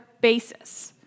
basis